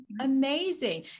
amazing